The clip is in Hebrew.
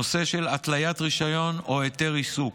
נושא של התליית רישיון או היתר עיסוק.